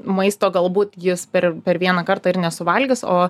maisto galbūt jis per per vieną kartą ir nesuvalgys o